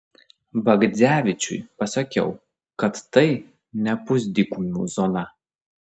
bagdzevičiui pasakiau kad tai ne pusdykumių zona